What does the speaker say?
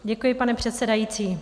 Děkuji, pane předsedající.